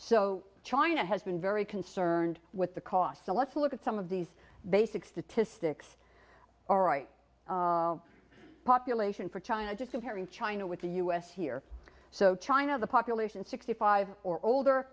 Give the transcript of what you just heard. so china has been very concerned with the cost so let's look at some of these basic statistics all right population for china just comparing china with the u s here so china the population sixty five or older